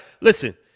listen